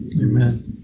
Amen